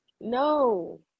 No